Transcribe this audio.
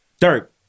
Dirk